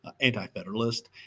anti-federalist